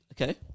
okay